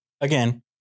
again